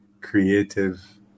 creative